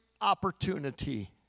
opportunity